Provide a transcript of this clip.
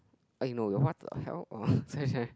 okay no !what the hell! oh sorry sorry